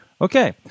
Okay